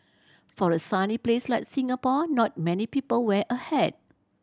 for a sunny place like Singapore not many people wear a hat